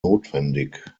notwendig